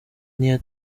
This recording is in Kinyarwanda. n’iya